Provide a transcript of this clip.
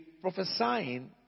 prophesying